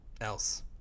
else